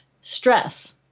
stress